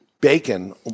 bacon